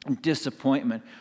disappointment